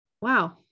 wow